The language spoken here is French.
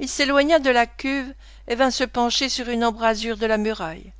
il s'éloigna de la cuve et vint se pencher sur une embrasure de la muraille